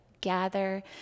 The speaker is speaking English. gather